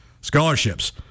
scholarships